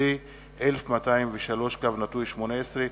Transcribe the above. פ/1203/18,